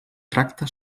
tracta